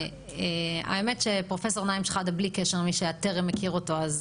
פרופ' שחאדה הוא אחד